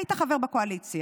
היית חבר בקואליציה.